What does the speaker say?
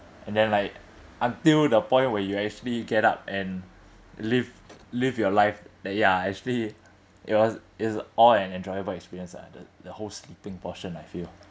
and then like until the point where you actually get up and live live your life that you are actually it was is all an enjoyable experience ah the the whole sleeping portion I feel